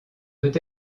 peut